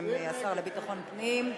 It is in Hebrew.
בשם השר לביטחון פנים.